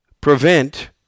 prevent